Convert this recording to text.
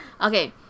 Okay